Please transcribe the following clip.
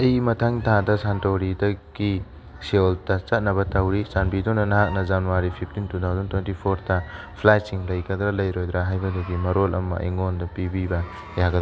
ꯑꯩ ꯃꯊꯪ ꯊꯥꯗ ꯁꯟꯇꯣꯔꯤꯗꯒꯤ ꯁꯤꯌꯣꯜꯇ ꯆꯠꯅꯕ ꯇꯧꯔꯤ ꯆꯥꯟꯕꯤꯗꯨꯅ ꯅꯍꯥꯛꯅ January fifteen two thousand twenty ꯐꯣꯔꯗ ꯐ꯭ꯂꯥꯏꯠꯁꯤꯡ ꯂꯩꯒꯗ꯭ꯔꯥ ꯂꯩꯔꯣꯏꯗ꯭ꯔꯥ ꯍꯥꯏꯕꯗꯨꯒꯤ ꯃꯔꯣꯜ ꯑꯃ ꯑꯩꯉꯣꯟꯗ ꯄꯤꯕꯤꯕ ꯌꯥꯒꯗ꯭ꯔꯥ